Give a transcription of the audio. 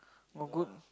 more good